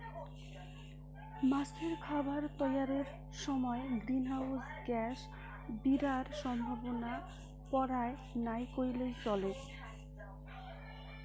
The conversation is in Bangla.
মাছের খাবার তৈয়ারের সমায় গ্রীন হাউস গ্যাস বিরার সম্ভাবনা পরায় নাই কইলেই চলে